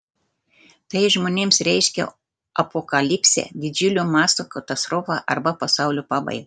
tai žmonėms reiškia apokalipsę didžiulio mąsto katastrofą arba pasaulio pabaigą